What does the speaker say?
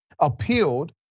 appealed